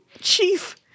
Chief